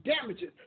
damages